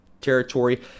territory